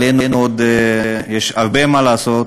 ויש עוד הרבה מה לעשות